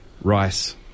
rice